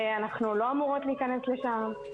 אנחנו לא אמורות להיכנס לשם.